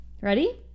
Ready